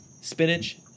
Spinach